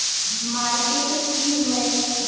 Marketing की है?